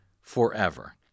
forever